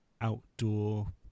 outdoor